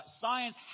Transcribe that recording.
science